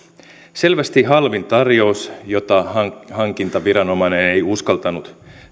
selvästi halvin tarjous jota hankintaviranomainen ei ei uskaltanut